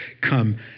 come